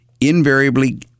invariably